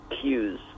cues